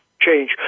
Change